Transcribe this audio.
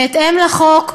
בהתאם לחוק,